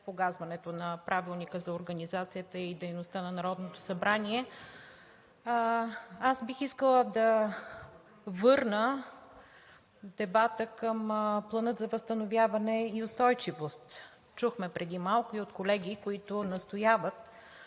погазването на Правилника за организацията и дейността на Народното събрание бих искала да върна дебата към Плана за възстановяване и устойчивост. Чухме преди малко и от колеги, които настояват